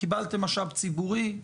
קיבלתם משאב ציבורי,